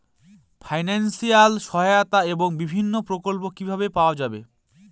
Financial সহায়তা এবং বিভিন্ন প্রকল্প কিভাবে পাওয়া যাবে?